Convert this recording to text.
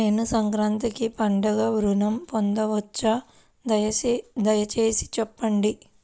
నేను సంక్రాంతికి పండుగ ఋణం పొందవచ్చా? దయచేసి చెప్పండి?